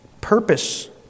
purpose